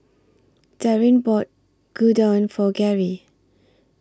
Daryn bought Gyudon For Gerri